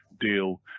deal